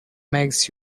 makes